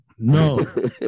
No